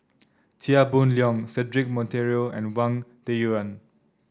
Chia Boon Leong Cedric Monteiro and Wang Dayuan